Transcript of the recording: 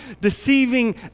deceiving